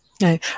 no